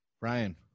Ryan